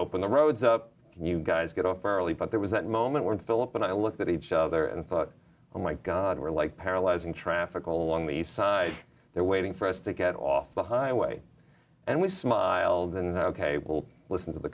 open the roads up you guys get off early but there was that moment when philip and i looked at each other and thought oh my god we're like paralyzing traffic along the side there waiting for us to get off the highway and we smiled and ok we'll listen to the